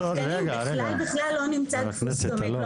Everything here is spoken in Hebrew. ביישובים קטנים בכלל לא נמצא דפוס דומה,